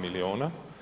milijuna.